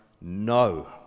no